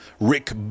Rick